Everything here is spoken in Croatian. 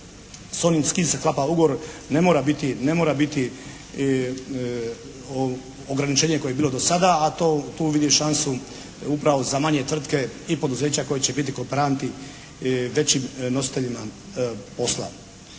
ugovor ne mora biti, ne mora biti ograničenje koje je bilo do sada, a to, tu vidim šansu upravo za manje tvrtke i poduzeća koji će biti kooperanti većim nositeljima posla.